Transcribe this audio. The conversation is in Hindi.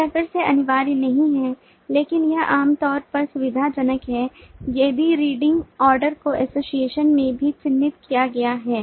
यह फिर से अनिवार्य नहीं है लेकिन यह आमतौर पर सुविधाजनक है यदि रीडिंग ऑर्डर को एसोसिएशन में भी चिह्नित किया गया है